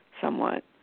somewhat